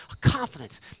Confidence